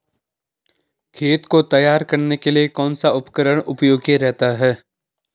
खेत को तैयार करने के लिए कौन सा उपकरण उपयोगी रहता है?